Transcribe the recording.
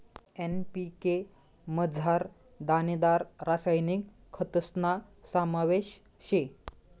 NPK मझार दानेदार रासायनिक खतस्ना समावेश शे